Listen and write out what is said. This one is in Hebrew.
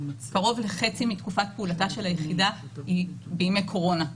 קרוב לחצי מתקופת פעולתה של היחידה הייתה בימי קורונה.